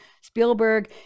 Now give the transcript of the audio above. Spielberg